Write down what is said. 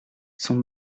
sont